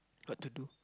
what to do